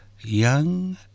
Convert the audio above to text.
Young